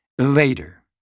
later